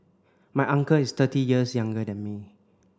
my uncle is thirty years younger than me